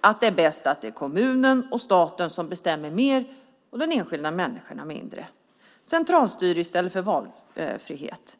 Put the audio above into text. att det är bäst att det är kommunen och staten som bestämmer mer och de enskilda människorna mindre. Det ska vara centralstyre i stället för valfrihet.